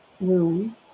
room